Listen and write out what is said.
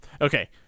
Okay